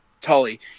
tully